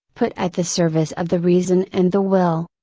put at the service of the reason and the will.